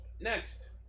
Next